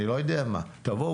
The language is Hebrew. אני לא יודע מה; תבואו,